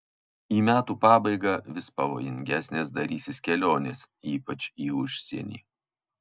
į metų pabaigą vis pavojingesnės darysis kelionės ypač į užsienį